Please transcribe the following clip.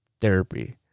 therapy